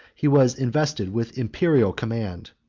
he was invested with imperial command,